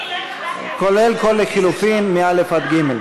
כולל לחלופין א' עד ג'.